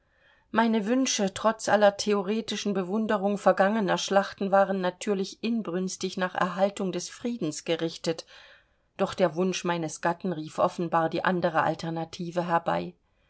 meine wünsche trotz aller theoretischer bewunderung vergangener schlachten waren natürlich inbrünstig nach erhaltung des friedens gerichtet doch der wunsch meines gatten rief offenbar die andere alternative herbei